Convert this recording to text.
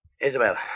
Isabel